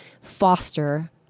foster